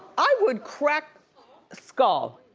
i would crack skull,